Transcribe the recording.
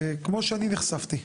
כמו שאני נחשפתי.